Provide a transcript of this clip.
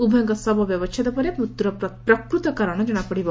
ଉଭୟଙ୍କ ଶବ ବ୍ୟବଛେଦ ପରେ ମୃତ୍ୟୁର ପ୍ରକୃତ କାରଶ ଜଶାପଡ଼ିବ